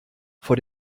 vor